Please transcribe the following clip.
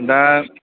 दा